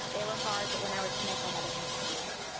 they were hard, but when i would finish, i had a sense of pride.